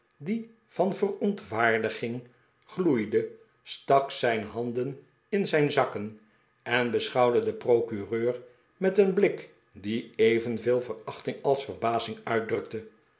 die van verontwaardiging gloeide stak zijn handen in zijn zakken en beschouwde den procureur met een blik die evenveel verachting als verbazing uitdrukte